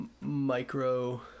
micro